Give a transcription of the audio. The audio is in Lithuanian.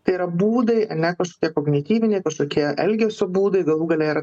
tai yra būdai ane kažkokie kognityviniai kažkokie elgesio būdai galų gale yra